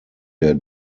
der